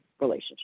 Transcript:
relationship